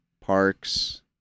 parks